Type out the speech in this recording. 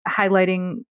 highlighting